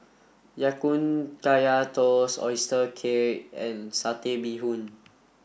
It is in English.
Ya Kun Kaya Toast Oyster Cake and Satay Bee Hoon